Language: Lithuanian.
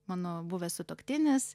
mano buvęs sutuoktinis